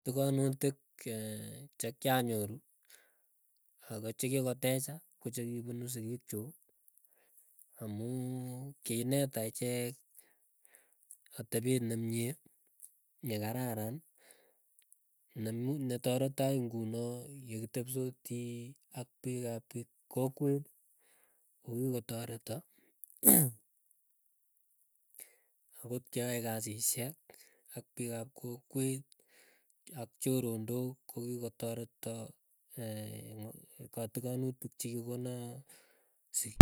Tigonutik che chekianyoru, ago chikikotecha ko chekipunu sikiikchuk, amuu kiineta ichek atepee nemie nekararan, netareto akoi ng'unoo yekitepsotii ak piik ap kokwet kokitoreta, akot keae kasishek, ak piik ap kokwet ak choronok kokikotoreta katiganutik chiikikona sik.